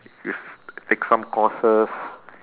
you s~ take some courses